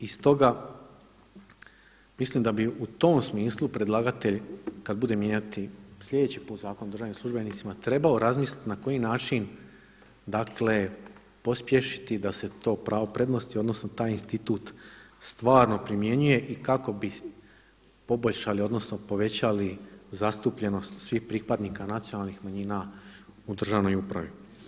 I stoga mislim da bi u tom smisli predlagatelj kada bude mijenjati sljedeći put Zakon o državnim službenicima, trebao razmisliti na koji način pospješiti da se to pravo prednosti odnosno taj institut stvarno primjenjuje i kako bi poboljšali odnosno povećali zastupljenost svih pripadnika nacionalnih manjina u državnoj upravi.